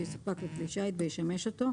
שיסופק לכלי שיט וישמש אותו,